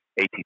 ATP